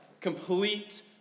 complete